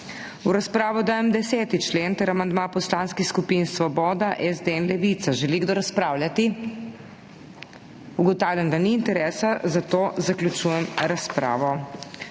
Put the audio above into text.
V razpravo dajem 10. člen ter amandma poslanskih skupin Svoboda, SD in Levica. Želi kdo razpravljati? Ugotavljam, da ni interesa, zato zaključujem razpravo.